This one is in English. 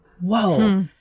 whoa